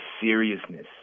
seriousness